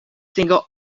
single